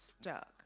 stuck